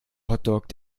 hotdog